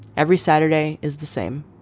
every saturday is the same.